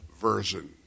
version